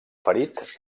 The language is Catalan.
ferit